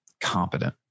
competent